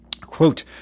Quote